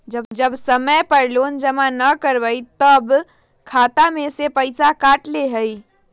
जब समय पर लोन जमा न करवई तब खाता में से पईसा काट लेहई?